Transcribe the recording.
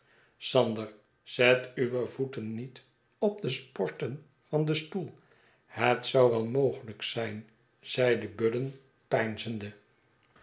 sander zet uwe voeten niet op de sporten van den stoel het zou wel mogelijk zijn zeide budden